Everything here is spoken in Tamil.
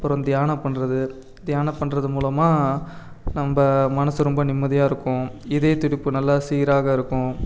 அப்புறம் தியானம் பண்ணுறது தியானம் பண்ணுறது மூலமாக நம்ப மனசு ரொம்ப நிம்மதியாக இருக்கும் இதயத்துடிப்பு நல்லா சீராக இருக்கும்